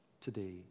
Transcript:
today